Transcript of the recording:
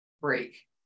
break